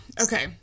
Okay